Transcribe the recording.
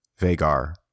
Vagar